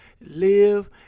live